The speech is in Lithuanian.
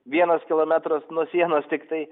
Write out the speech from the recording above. vienas kilometras nuo sienos tiktai